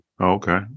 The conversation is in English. Okay